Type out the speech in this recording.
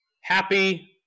Happy